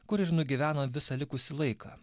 kur ir nugyveno visą likusį laiką